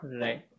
Right